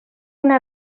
una